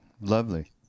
Lovely